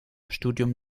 studium